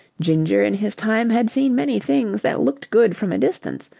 ginger in his time had seen many things that looked good from a distance,